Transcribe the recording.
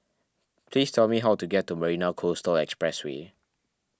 please tell me how to get to Marina Coastal Expressway